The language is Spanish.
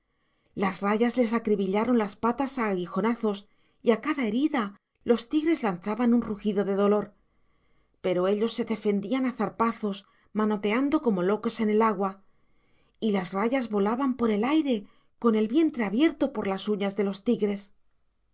las rayas les acribillaron las patas a aguijonazos y a cada herida los tigres lanzaban un rugido de dolor pero ellos se defendían a zarpazos manoteando como locos en el agua y las rayas volaban por el aire con el vientre abierto por las uñas de los tigres